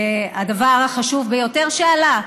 הדבר החשוב ביותר שעלה,